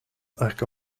back